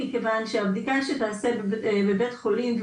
כיוון שהבדיקה שנעשית בבית חולים,